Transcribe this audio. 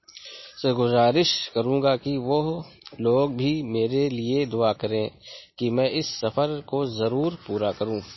سے گزارش کروں گا کہ وہ لوگ بھی میرے لیے دُعا کریں کہ میں اِس سفر کو ضرور پورا کروں